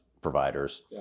providers